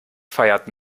feiert